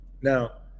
Now